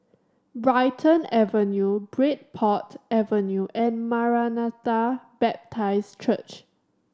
Brighton Avenue Bridport Avenue and Maranatha Baptist Church